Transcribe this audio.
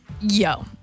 Yo